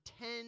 ten